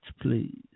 please